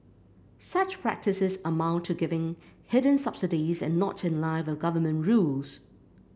such practices amount to giving hidden subsidies and not in line with government rules